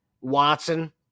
Watson